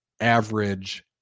average